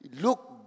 look